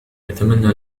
أتمنى